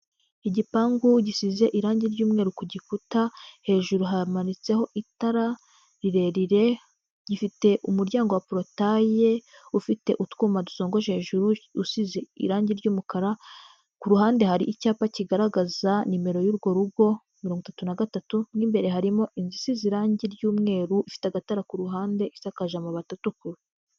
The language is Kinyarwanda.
Igipangu gisize irangi ry'umweru ku gikuta, hejuru hamanitseho itara rirerire, gifite umuryango wa porotaye ufite utwuma dusongoje hejuru, usize irangi ry'umukara, ku ruhande hari icyapa kigaragaza nimero y'urwo rugo, mirongo itatu na gatatu, mo imbere harimo inzu isize irangi ry'umweru, ifite agatara ku ruhande, isakaje amabati atukura.